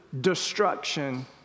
destruction